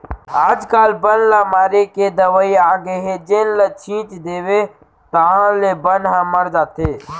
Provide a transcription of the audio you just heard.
आजकाल बन ल मारे के दवई आगे हे जेन ल छिंच देबे ताहाँले बन ह मर जाथे